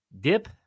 Dip